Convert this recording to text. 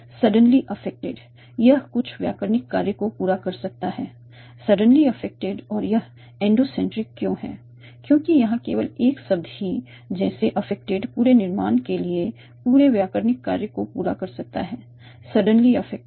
suddenly affected यह कुछ व्याकरणिक कार्य को पूरा कर सकता है सडनली अफेक्टेड और यह एंडोसेंट्रिक क्यों है क्योंकि यहां केवल एक शब्द ही जैसे अफेक्टेड पूरे निर्माण के लिए पूरे व्याकरणिक कार्य को पूरा कर सकता है सडनली अफेक्टेड